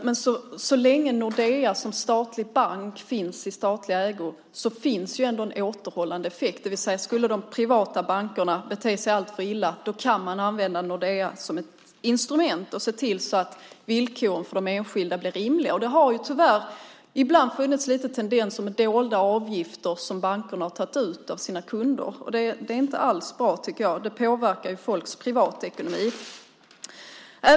Men så länge Nordea som statlig bank finns i statlig ägo finns ändå en återhållande effekt, det vill säga att om de privata bankerna skulle bete sig alltför illa kan man använda Nordea som ett instrument och se till att villkoren för de enskilda blir rimliga. Det har ibland tyvärr funnits lite tendenser med dolda avgifter som bankerna har tagit ut av sina kunder, och det är inte alls bra, tycker jag. Det påverkar folks privatekonomi.